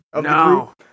No